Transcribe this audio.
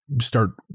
start